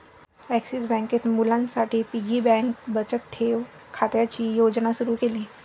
axis बँकेत मुलांसाठी piggy bank बचत ठेव खात्याची योजना सुरू केली